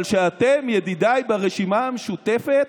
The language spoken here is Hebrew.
אבל שאתם, ידידיי ברשימה המשותפת,